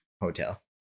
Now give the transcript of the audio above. hotel